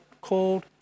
called